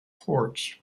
ports